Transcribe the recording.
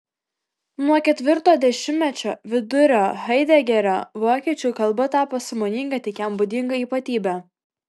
nuo ketvirto dešimtmečio vidurio haidegerio vokiečių kalba tapo sąmoninga tik jam būdinga ypatybe